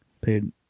paid